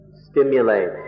stimulate